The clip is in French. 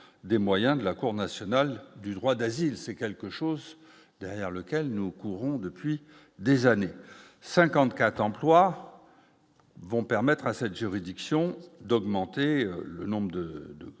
des moyens de la Cour nationale du droit d'asile, c'est quelque chose derrière lequel nous courons depuis des années, 54 emplois vont permettre à cette juridiction d'augmenter le nombre de